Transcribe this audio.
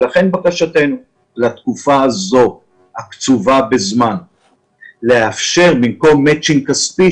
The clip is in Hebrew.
לכן בקשתנו לתקופה הזו הקצובה בזמן לאפשר במקום מצ'ינג כספי,